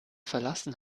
verlassen